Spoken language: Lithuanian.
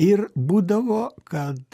ir būdavo kad